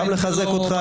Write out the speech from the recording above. גם לחזק אותך,